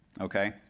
Okay